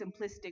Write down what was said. simplistic